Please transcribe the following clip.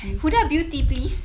Huda Beauty please